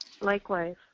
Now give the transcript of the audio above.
Likewise